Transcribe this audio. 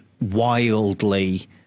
wildly